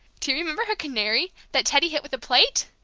do you remember her canary, that teddy hit with a plate.